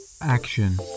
Action